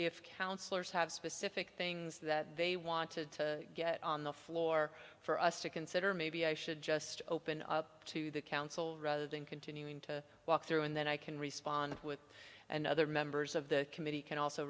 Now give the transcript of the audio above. if councillors have specific things that they want to get on the floor for us to consider maybe i should just open up to the council rather than continuing to walk through and then i can respond with and other members of the committee can also